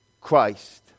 Christ